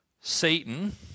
Satan